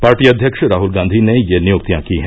party अध्यक्ष राहुल गांधी ने ये नियुक्तियां की हैं